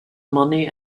money